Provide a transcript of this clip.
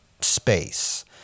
space